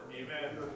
Amen